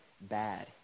bad